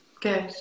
good